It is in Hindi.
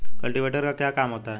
कल्टीवेटर का क्या काम होता है?